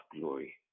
glory